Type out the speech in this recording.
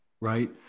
right